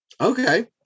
Okay